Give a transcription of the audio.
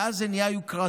ואז זה נהיה יוקרתי.